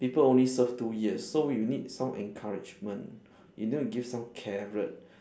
people only serve two years so you need some encouragement you need to give some care